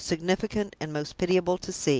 most significant and most pitiable to see!